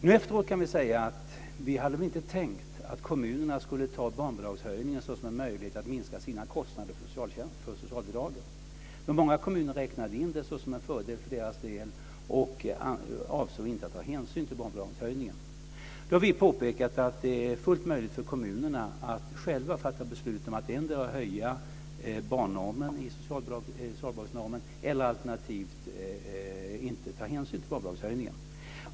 Nu efteråt kan vi säga att vi hade inte tänkt att kommunerna skulle ta barnbidragshöjningen som en möjlighet att minska sina kostnader för socialbidragen. Men många kommuner räknade in det som en fördel och avsåg inte att ta hänsyn till barnbidragshöjningen. Vi har då påpekat att det är fullt möjligt för kommunerna att själva fatta beslut om att endera höja socialbidragsnormen eller alternativt inte ta hänsyn till barnbidragshöjningen.